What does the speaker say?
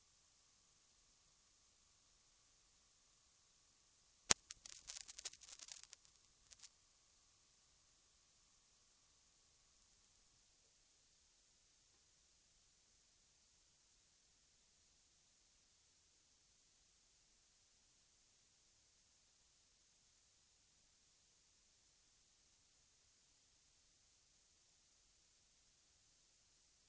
för en hel del av de produktionsmedel som jordbruket har, så att vi kunde hålla igen när det gäller den delen. Men tyvärr blir det på samma sätt även denna gång, även om vi har ett avtal enligt vilket jordbrukarna inte skall få en inkomstföljsamhet. Per den Hjuli får vi cn höjning av priserna på våra viktigaste baslivsmedel. Tyvärr blir det så, och med beklagande måste vi säga att det blir svårt för många familjer att klara dessa ökade priser.